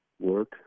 work